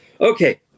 Okay